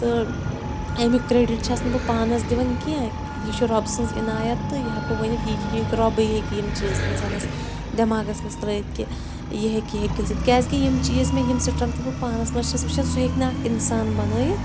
تہٕ اَمیُک کرٛیٚڈِٹ چھَس نہٕ بہٕ پانَس دِوان کینٛہہ یہِ چھُ رۄبہٕ سٕنٛز عنایت تہٕ یہِ ہٮ۪کو ؤنِتھ یہِ کہِ یہِ ہیٚکہِ رۄبٕے یہِ ہیٚکہِ یِم چیٖز اِنسانَس دٮ۪ماغَس مںٛز ترٛٲیِتھ کہِ یہِ ہیٚکہِ یہِ ہیٚکہِ گٔژھِتھ کیٛازِکہِ یِم چیٖز مےٚ یِم سٕٹرٛنٛگتھٕ بہٕ پانَس منٛز چھَس وٕچھان سُہ ہیٚکہِ نہٕ اَکھ اِنسان بَنٲیِتھ